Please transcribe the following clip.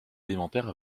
élémentaires